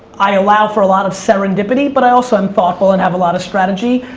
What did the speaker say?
i allow for a lot of serendipity, but i also am thoughtful and have a lot of strategy,